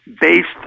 based